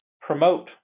promote